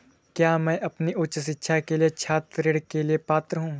क्या मैं अपनी उच्च शिक्षा के लिए छात्र ऋण के लिए पात्र हूँ?